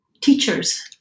teachers